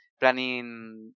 planning